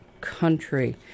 country